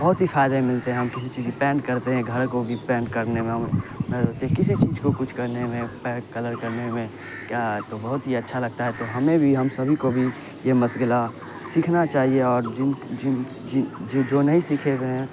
بہت ہی فائدے ملتے ہیں ہم کسی چیز کی پینٹ کرتے ہیں گھر کو بھی پینٹ کرنے میں ہم کسی چیز کو کچھ کرنے میں پینٹ کلر کرنے میں کیا تو بہت ہی اچھا لگتا ہے تو ہمیں بھی ہم سبھی کو بھی یہ مشغلہ سیکھنا چاہیے اور جن جن جن جن جو نہیں سیکھے ہوئے ہیں